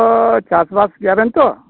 ᱟᱵᱮᱱ ᱛᱚ ᱪᱟᱥᱵᱟᱥ ᱜᱮᱭᱟᱵᱮᱱ ᱛᱚ